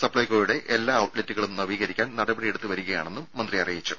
സപ്പൈകോയുടെ എല്ലാ ഔട്ട്ലെറ്റുകളും നവീകരിക്കാൻ നടപടി എടുത്തുവരികയാണെന്നും മന്ത്രി അറിയിച്ചു